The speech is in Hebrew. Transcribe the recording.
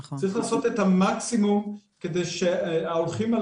צריך לעשות את המקסימום כדי שההולכים על